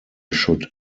should